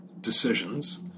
decisions